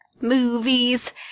movies